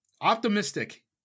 optimistic